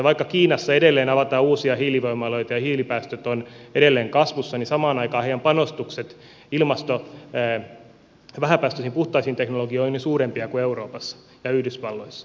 vaikka kiinassa edelleen avataan uusia hiilivoimaloita ja hiilipäästöt ovat edelleen kasvussa niin samaan aikaan heidän panostuksensa vähäpäästöisiin puhtaisiin teknologioihin ovat suurempia kuin euroopassa ja yhdysvalloissa